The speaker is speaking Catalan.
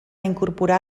incorporar